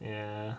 yeah